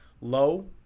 low